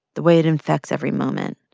the way it infects every moment.